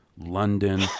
london